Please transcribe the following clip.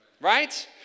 Right